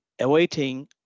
awaiting